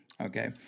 Okay